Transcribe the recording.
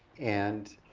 and